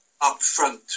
upfront